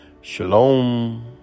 Shalom